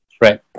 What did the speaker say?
right